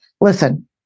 listen